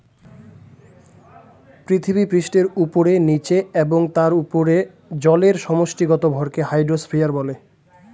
পৃথিবীপৃষ্ঠের উপরে, নীচে এবং তার উপরে জলের সমষ্টিগত ভরকে হাইড্রোস্ফিয়ার বলে